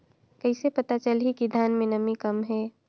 कइसे पता चलही कि धान मे नमी कम हे?